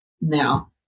now